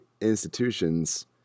institutions